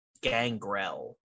Gangrel